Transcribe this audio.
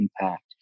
impact